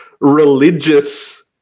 religious